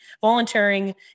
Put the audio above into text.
Volunteering